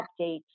update